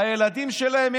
הילדים שלהם,